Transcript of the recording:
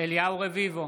אליהו רביבו,